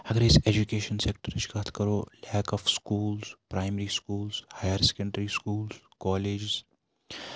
اگر أسۍ ایجوٗکیشن سیکٹَرٕچ کَتھ کَرو lack of schools primary schools higher secondary schools colleges